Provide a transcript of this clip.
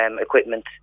equipment